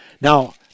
Now